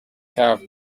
have